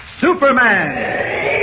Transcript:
Superman